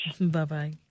Bye-bye